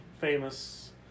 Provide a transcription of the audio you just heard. famous